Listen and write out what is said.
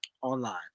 Online